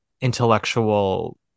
intellectual